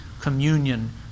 communion